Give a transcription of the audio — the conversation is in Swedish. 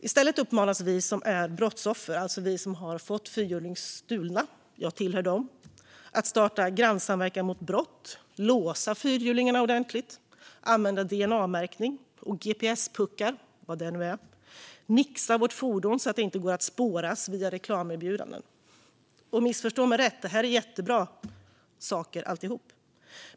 I stället uppmanas vi som brottsoffer - vi som fått fyrhjulingar stulna; jag tillhör dem - att starta grannsamverkan mot brott, låsa fyrhjulingen ordentligt, använda dna-märkning och gps-puckar, vad det nu är, och nixa vårt fordon så det inte går att spåra via reklamerbjudanden. Missförstå mig rätt: Det här är jättebra saker alltihop.